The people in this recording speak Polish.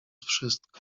wszystko